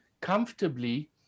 comfortably